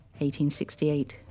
1868